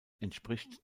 entspricht